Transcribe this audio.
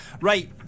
Right